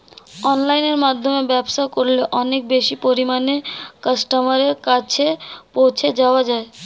অনলাইনের মাধ্যমে ব্যবসা করলে অনেক বেশি পরিমাণে কাস্টমারের কাছে পৌঁছে যাওয়া যায়?